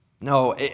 No